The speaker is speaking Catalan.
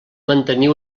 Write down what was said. mantenir